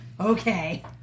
okay